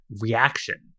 reaction